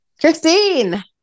Christine